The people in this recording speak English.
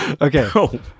Okay